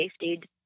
safety